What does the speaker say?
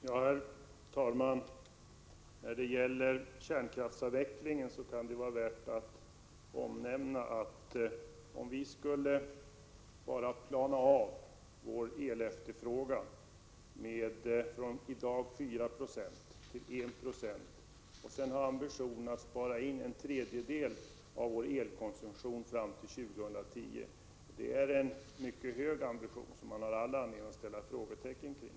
Herr talman! När det gäller kärnkraftsavvecklingen kan det vara värt att omnämna, att om vi bara skulle plana av vår elefterfrågan från dagens 4 96 till 1 96 och sedan ha ambitionen att spara in en tredjedel av vår elkonsumtion fram till år 2010, är det en mycket hög ambitionsgrad som man har all anledning att ställa frågetecken kring.